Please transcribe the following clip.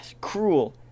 cruel